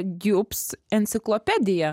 diups enciklopedija